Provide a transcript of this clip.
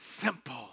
simple